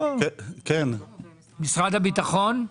משרד הביטחון?